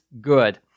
good